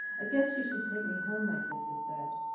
i guess you should take me home, my sister said.